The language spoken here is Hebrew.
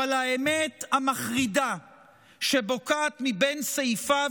אבל האמת המחרידה שבוקעת מבין סעיפיו